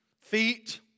feet